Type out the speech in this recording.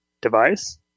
device